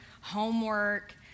homework